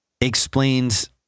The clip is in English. explains